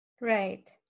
right